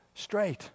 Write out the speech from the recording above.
straight